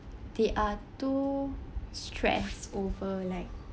they are too stressed over like